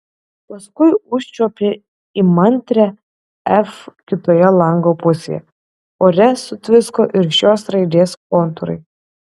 paskui užčiuopė įmantrią f kitoje lango pusėje ore sutvisko ir šios raidės kontūrai